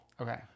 Okay